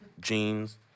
jeans